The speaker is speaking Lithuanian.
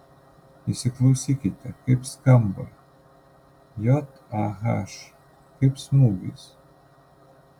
įsiklausykite kaip skamba j a h kaip smūgis